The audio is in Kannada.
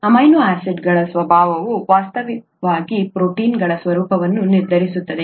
ಅಮೈನೋ ಆಸಿಡ್ಗಳ ಸ್ವಭಾವವು ವಾಸ್ತವವಾಗಿ ಪ್ರೋಟೀನ್ಗಳ ಸ್ವರೂಪವನ್ನು ನಿರ್ಧರಿಸುತ್ತದೆ